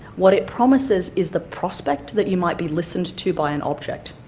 what it promises is the prospect that you might be listened to by an object,